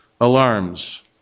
alarms